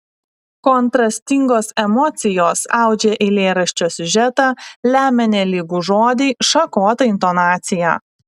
kontrastingos emocijos audžia eilėraščio siužetą lemia nelygų žodį šakotą intonaciją